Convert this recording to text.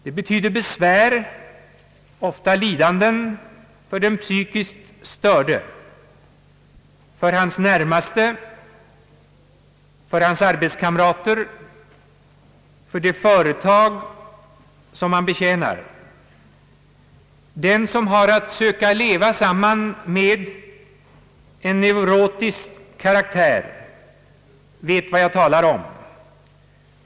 Det betyder besvär och ofta lidanden för den psykiskt störde, för hans närmaste, för hans arbetskamrater och för det företag som han betjänar. Den som har att söka leva samman med en neurotisk karaktär vet vad jag talar om.